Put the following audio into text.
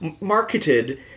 marketed